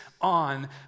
on